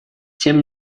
тем